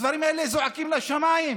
הדברים האלה זועקים לשמיים.